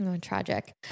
Tragic